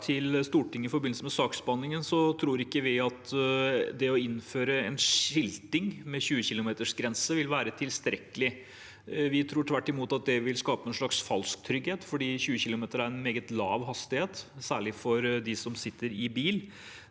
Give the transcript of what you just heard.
i forbindelse med saksbehandlingen, tror ikke vi at det å innføre skilting med 20 km/t vil være tilstrekkelig. Vi tror tvert imot at det vil skape en slags falsk trygghet, for 20 km/t er en meget lav hastighet, særlig for dem som sitter i bil.